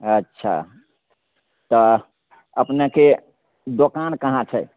अच्छा तऽ अपनेके दोकान कहाँ छै